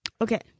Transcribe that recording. Okay